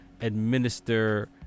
administer